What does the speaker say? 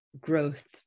growth